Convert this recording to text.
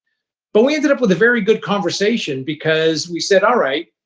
but we ended up with a very good conversation because we said, all right,